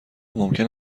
ممکن